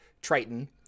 Triton